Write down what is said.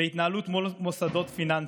בהתנהלות מול מוסדות פיננסיים,